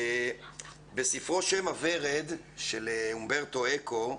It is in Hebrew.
בספר 'שם הוורד' של אומברטו אקו,